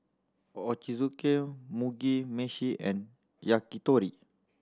Ochazuke Mugi Meshi and Yakitori